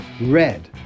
red